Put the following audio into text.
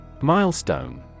Milestone